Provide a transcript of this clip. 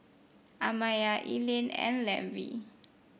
Amaya Elaine and Levie